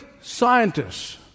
scientists